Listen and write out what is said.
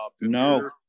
No